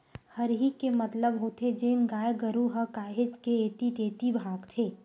हरही के मतलब होथे जेन गाय गरु ह काहेच के ऐती तेती भागथे